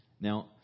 Now